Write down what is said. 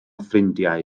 ffrindiau